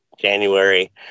January